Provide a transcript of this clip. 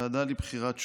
הוועדה לבחירת שופטים,